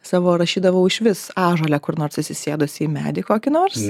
savo rašydavau išvis ąžuole kur nors atsisėdusi į medį kokį nors